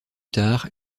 tard